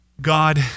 God